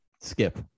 skip